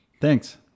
Thanks